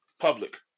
public